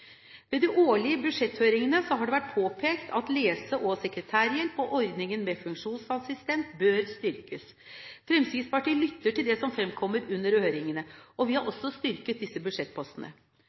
Ved de årlige budsjetthøringene har det vært påpekt at ordningene med lese- og sekretærhjelp og funksjonsassistent bør styrkes. Fremskrittspartiet lytter til det som fremkommer under høringene, og vi har også styrket disse budsjettpostene.